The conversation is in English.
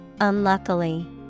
unluckily